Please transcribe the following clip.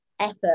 effort